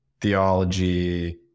theology